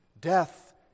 Death